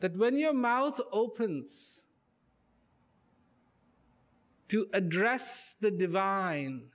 that when your mouth opens to address the divine